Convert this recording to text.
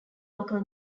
local